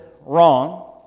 wrong